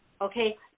Okay